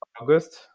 August